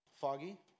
foggy